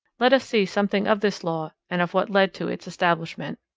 let us see something of this law and of what led to its establishment.